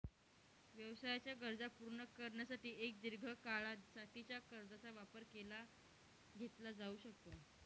व्यवसायाच्या गरजा पूर्ण करण्यासाठी एक दीर्घ काळा साठीच्या कर्जाचा वापर केला घेतला जाऊ शकतो